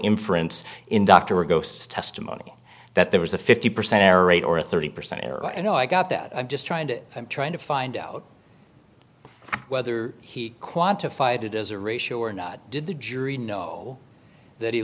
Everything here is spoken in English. inference in dr ghosts testimony that there was a fifty percent error rate or a thirty percent error and i got that i'm just trying to i'm trying to find out whether he quantified it as a ratio or not did the jury know that he